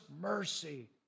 mercy